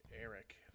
eric